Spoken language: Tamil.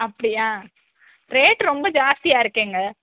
அப்படியா ரேட்டு ரொம்ப ஜாஸ்தியாக இருக்கேங்க